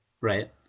Right